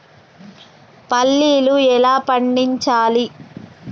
పల్లీలు ఎలా పండించాలి?